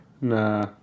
Nah